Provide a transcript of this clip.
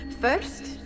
First